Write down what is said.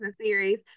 series